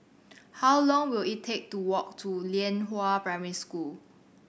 how long will it take to walk to Lianhua Primary School